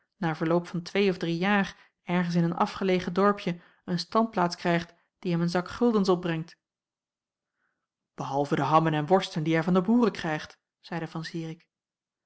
na verloop van twee of drie jaar ergens in een afgelegen dorpje een standplaats krijgt die hem een zak guldens opbrengt behalve de hammen en worsten die hij van de boeren krijgt zeide van